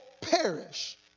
perish